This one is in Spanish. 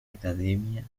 academia